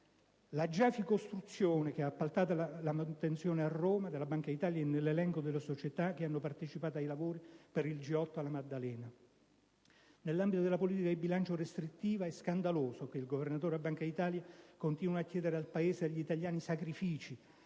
La GIAFI Costruzioni, che ha l'appalto della manutenzione a Roma della Banca d'Italia, è nell'elenco delle società che hanno partecipato ai lavori per il G8 alla Maddalena. Nell'ambito della politica di bilancio restrittiva, è scandaloso che il Governatore della Banca d'Italia continui a chiedere al Paese e agli italiani sacrifici,